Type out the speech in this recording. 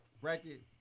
bracket